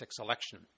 election